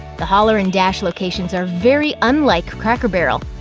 the holler and dash locations are very unlike cracker barrel,